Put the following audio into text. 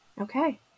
Okay